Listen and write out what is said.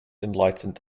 enlightened